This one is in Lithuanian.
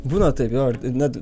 būna taip jo ir net